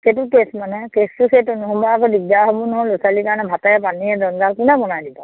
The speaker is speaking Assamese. সেইটো কেছ মানে কেছটো সেইটো নহ'বা আকৌ দিগদাৰ হ'ব নহয় ল'ৰা ছোৱালী কাৰণে ভাতে পানীয়ে জঞ্জাল কোনে বনাই দিব